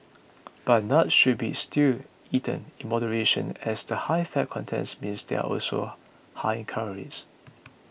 but nuts should be still eaten in moderation as the high fat content means they are also high in calories